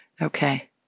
Okay